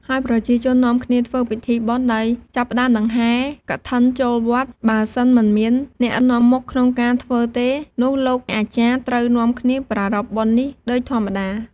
ហើយប្រជាជននាំគ្នាធ្វើពិធីបុណ្យដោយចាប់ផ្ដើមដង្ហែរកឋិនចូលវត្ត បើសិនមិនមានអ្នកនាំមុខក្នុងការធ្វើទេ នោះលោកអាចារ្យត្រូវនាំគ្នាប្រារព្ធបុណ្យនេះដូចធម្មតា ។